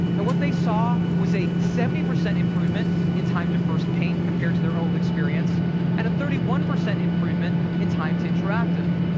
and what they saw was a seventy percent improvement in time to first paint compared to their old experience and a thirty one percent improvement in time to interactive.